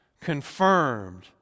confirmed